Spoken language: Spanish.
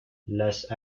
las